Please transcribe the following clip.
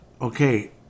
Okay